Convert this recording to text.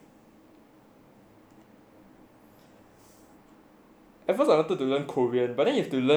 at first I wanted to learn korean but you've to learn a new alphabet you know